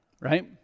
right